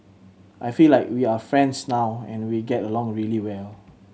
I feel like we are friends now and we get along really well